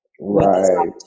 Right